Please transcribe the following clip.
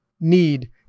need